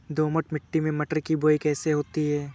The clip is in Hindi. दोमट मिट्टी में मटर की बुवाई कैसे होती है?